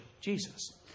Jesus